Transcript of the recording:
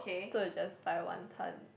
so I just buy wanton